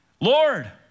Lord